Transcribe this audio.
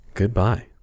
goodbye